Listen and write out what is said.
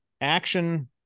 action